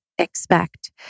expect